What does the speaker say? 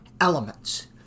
elements